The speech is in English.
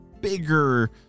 bigger